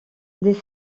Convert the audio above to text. dès